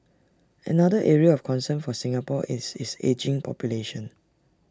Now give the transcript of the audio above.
another area of concern for Singapore is its ageing population